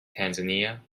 tanzania